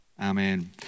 Amen